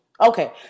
okay